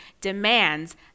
demands